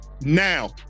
now